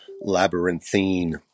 labyrinthine